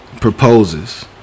proposes